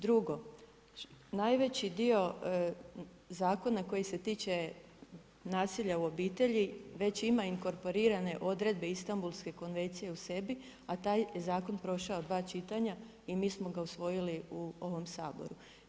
Drugo, najveći dio zakona koji se tiče nasilja u obitelji već ima inkorporirane odredbe Istambulske konvencije u sebi, a taj zakon je prošao dva čitanja i mi smo ga usvojili u ovom Saboru.